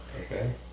Okay